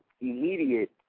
immediate